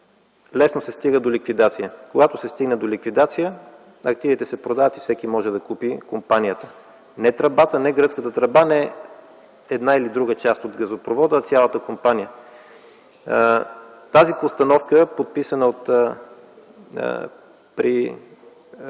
лесно се стига до ликвидация. Когато се стигне до ликвидация, активите се продават и всеки може да купи компанията – не тръбата, не гръцката тръба, не една или друга част от газопровода, а цялата компания. Тази постановка, подписана от